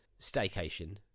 staycation